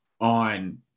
on